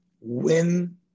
win